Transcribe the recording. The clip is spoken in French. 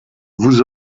vous